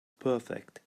perfect